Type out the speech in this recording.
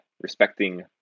respecting